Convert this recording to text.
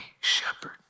shepherd